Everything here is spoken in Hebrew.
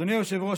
אדוני היושב-ראש,